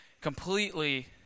completely